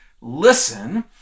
Listen